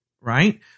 right